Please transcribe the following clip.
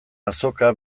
azoka